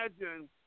imagine